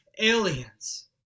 aliens